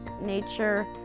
nature